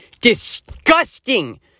disgusting